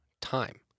time